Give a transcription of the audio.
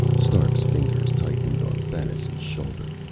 stark's fingers tightened on thanis' shoulder.